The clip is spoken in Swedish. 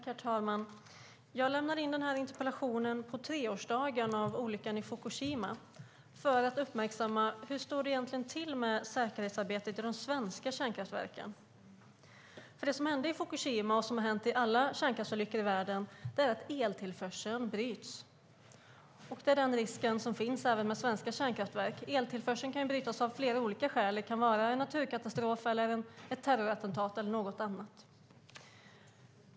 Herr talman! Jag lämnade in den här interpellationen på treårsdagen av olyckan i Fukushima för att uppmärksamma hur det egentligen står till med säkerhetsarbetet i de svenska kärnkraftsverken. Det som hände i Fukushima och som har hänt i alla kärnkraftsolyckor i världen är att eltillförseln bryts. Den risken finns även med svenska kärnkraftverk. Eltillförseln kan brytas av flera olika skäl. Det kan vara en naturkatastrof, ett terrorattentat eller något annat.